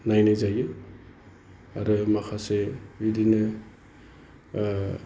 नायनाय जायो आरो माखासे बिदिनो